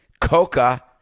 Coca